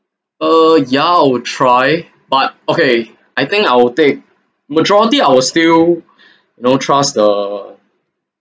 uh yeah I'll try but okay I think I will take majority I will still you know trust the